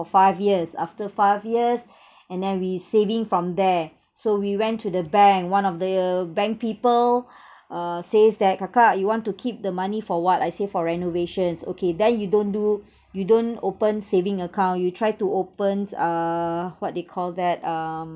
five years after five years and then we saving from there so we went to the bank one of the bank people uh says that kakak you want to keep the money for what I say for renovations okay then you don't do you don't open saving account you try to opens uh what they call that um